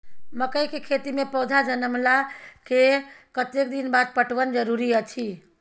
मकई के खेती मे पौधा जनमला के कतेक दिन बाद पटवन जरूरी अछि?